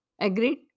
Agreed